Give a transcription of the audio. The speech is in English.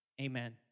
Amen